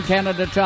Canada